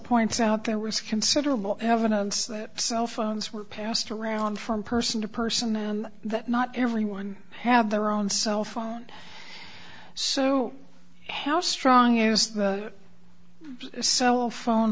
points out there was considerable evidence that cell phones were passed around from person to person and that not everyone have their own cell phone so how strong is the so phone